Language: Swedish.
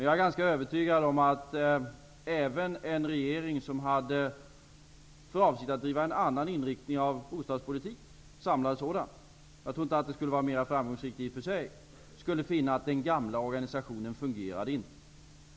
Jag är ganska övertygad om att även en regering som hade för avsikt att driva en annan inriktning av bostadspolitiken -- jag tror inte att det i och för sig skulle vara mer framgångsrikt -- skulle finna att den gamla organisationen inte fungerade.